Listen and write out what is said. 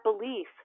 belief